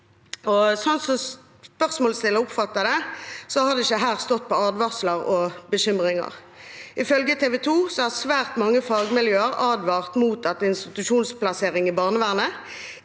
Slik spørsmålsstiller oppfatter det, har det ikke her stått på advarsler og bekymringer. Ifølge TV 2 har svært mange fagmiljøer advart om at institusjonsplassering i barnevernet